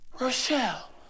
Rochelle